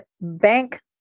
bank